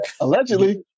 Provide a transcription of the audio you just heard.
Allegedly